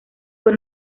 fue